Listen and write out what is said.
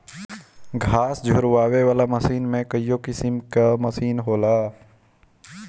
घास झुरवावे वाला मशीन में कईगो किसिम कअ मशीन होला